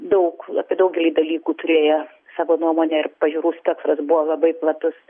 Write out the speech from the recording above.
daug daugelį dalykų turėjo savo nuomonę ir pažiūrų spektras buvo labai platus